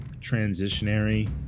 transitionary